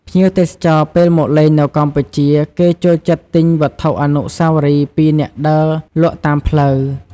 ភ្ញៀវទេសចរណ៍ពេលមកលេងនៅកម្ពុជា គេចូលចិត្តទិញវត្ថុអនុស្សាវរីយ៍ពីអ្នកដើរលក់តាមផ្លូវ។